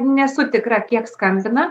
nesu tikra kiek skambina